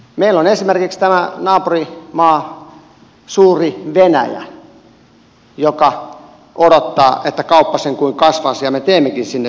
meillä on esimerkiksi tämä naapurimaa suuri venäjä joka odottaa että kauppa sen kuin kasvaisi ja me teemmekin sinne kolmanneksi eniten kauppaa